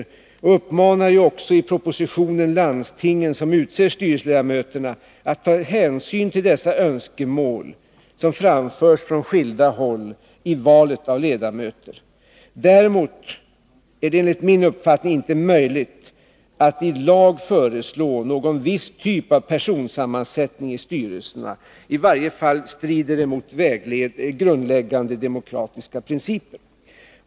I propositionen uppmanar jag också landstingen, som utser styrelseledamöterna, att ta hänsyn till de önskemål som framförs från skilda håll när det gäller valet av ledamöter. Däremot är det enligt min uppfattning inte möjligt att i lag fastställa en viss typ av personsammansättning i styrelserna. I varje fall strider det mot grundläggande demokratiska principer.